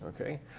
okay